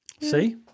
See